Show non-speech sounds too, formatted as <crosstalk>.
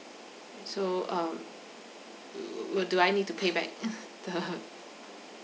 so um what do I need to pay back <noise> the